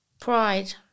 Pride